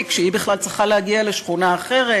כשהיא בכלל צריכה להגיע לשכונה אחרת,